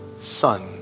Son